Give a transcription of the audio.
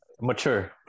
Mature